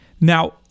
Now